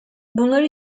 bunlar